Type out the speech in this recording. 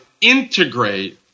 integrate